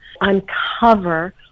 uncover